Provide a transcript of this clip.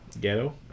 Ghetto